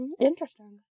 Interesting